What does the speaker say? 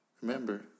remember